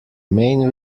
main